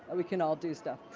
we can all do stuff.